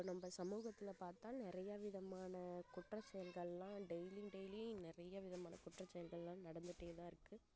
இப்போ நம்ம சமூகத்தில் பார்த்தா நிறையா விதமான குற்றச்செயல்கள்லாம் டெய்லி டெய்லி நிறைய விதமான குற்றச்செயல்கள்லாம் நடந்துகிட்டேதான் இருக்கும்